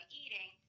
eating